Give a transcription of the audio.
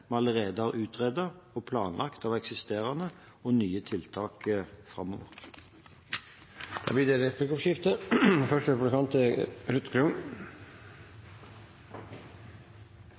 vi allerede har utredet og planlagt av eksisterende og nye tiltak framover. Det blir replikkordskifte. Fastlegerollen er